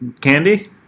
candy